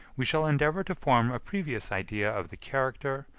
we shall endeavor to form a previous idea of the character,